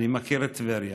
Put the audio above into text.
אני מכיר את טבריה